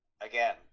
again